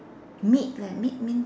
meet leh meet means